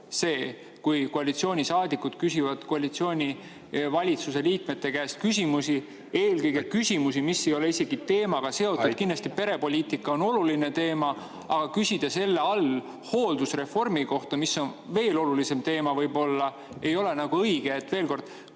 see, kui koalitsioonisaadikud küsivad koalitsioonivalitsuse liikmete käest küsimusi, eelkõige küsimusi, mis ei ole isegi teemaga seotud. Kindlasti perepoliitika on oluline teema, aga küsida selle all hooldusreformi kohta, mis on veel olulisem teema, võib-olla ei ole nagu õige. Veel kord,